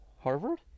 Harvard